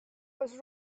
was